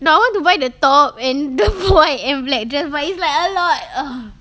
no I want to buy the top and the b~ white and black dress but it's like a lot ugh